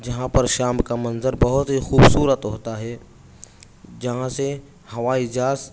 جہاں پر شام کا منظر بہت ہی خوبصورت ہوتا ہے جہاں سے ہوائی جہاز